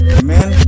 amen